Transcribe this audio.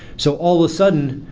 so all of a sudden,